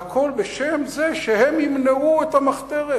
והכול בשם זה שהם ימנעו את המחתרת.